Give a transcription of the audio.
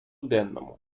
денному